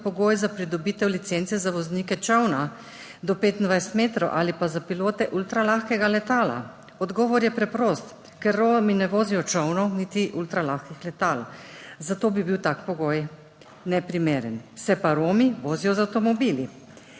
za pridobitev licence za voznike čolna do 25 metrov ali pa za pilote ultralahkega letala. Odgovor je preprost, ker Romi ne vozijo čolnov niti ultralahkih letal, zato bi bil tak pogoj neprimeren, se pa Romi vozijo z avtomobili.